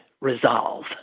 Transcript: resolve